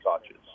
touches